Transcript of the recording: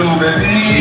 baby